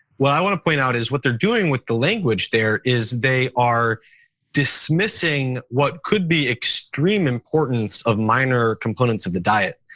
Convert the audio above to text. what i want to point out is what they're doing with the language there is they are dismissing what could be extreme importance of minor components of the diet.